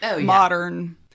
modern